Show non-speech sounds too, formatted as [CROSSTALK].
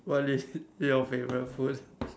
what is your favourite food [LAUGHS]